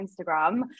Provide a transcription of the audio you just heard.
Instagram